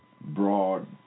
broad